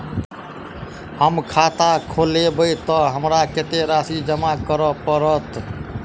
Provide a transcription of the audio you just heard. हम खाता खोलेबै तऽ हमरा कत्तेक राशि जमा करऽ पड़त?